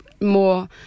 more